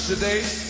Today